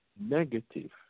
negative